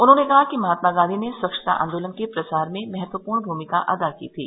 उन्होंने कहा कि महात्मा गांधी ने स्वच्छता आंदोलन के प्रसार में महत्वपूर्ण भूमिका अदा की थी